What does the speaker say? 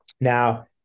Now